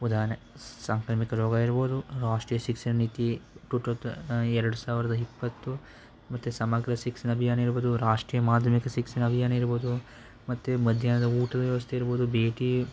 ಉದಾಹರ್ಣೆ ಸಾಂಕ್ರಾಮಿಕ ರೋಗ ಇರ್ಬೋದು ರಾಷ್ಟ್ರೀಯ ಶಿಕ್ಷಣ ನೀತಿ ಟು ಥೌತ ಎರಡು ಸಾವಿರದ ಇಪ್ಪತ್ತು ಮತ್ತು ಸಮಗ್ರ ಶಿಕ್ಷಣ ಅಭಿಯಾನ ಇರ್ಬೋದು ರಾಷ್ಟ್ರೀಯ ಮಾಧ್ಯಮಿಕ ಸಿಕ್ಷಣ ಅಭಿಯಾನ ಇರ್ಬೋದು ಮತ್ತೆ ಮಧ್ಯಾಹ್ನದ ಊಟದ ವ್ಯವಸ್ಥೆ ಇರ್ಬೋದು ಭೇಟಿ